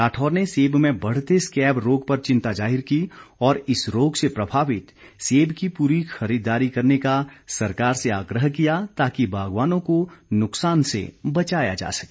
राठौर ने सेब में बढ़ते स्कैब रोग पर चिंता जाहिर की और इस रोग से प्रभावित सेब की पूरी खरीददारी करने का सरकार से आग्रह किया ताकि बागवानों को नुकसान से बचाया जा सके